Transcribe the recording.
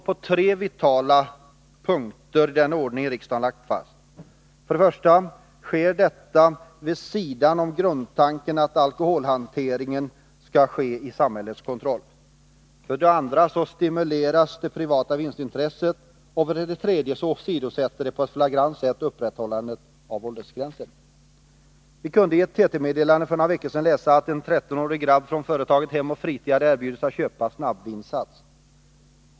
På tre vitala punkter kan den ordning riksdagen lagt fast kringgås. För det första sker hanteringen av snabbvinet vid sidan om grundtanken att alkoholhantering skall ske under samhällets kontroll. För det andra stimuleras privata vinstintressen, och för det tredje åsidosätts upprätthållandet av åldersgränsen på ett flagrant sätt. Vi kunde i ett TT-meddelande för några veckor sedan läsa att bl.a. en 13-årig grabb hade erbjudits att från företaget Hem o. Fritid köpa en snabbvinsats.